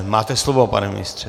Máte slovo, pane ministře.